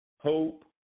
hope